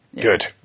Good